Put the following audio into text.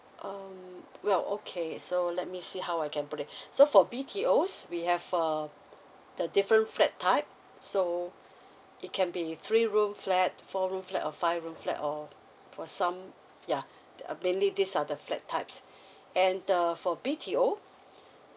um well okay so let me see how I can put it so for B_T_Os we have uh the different flat type so it can be three room flat four room flat or five room flat or for some ya uh mainly these are the flat types and uh for B_T_O